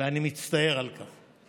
ואני מצטער על כך.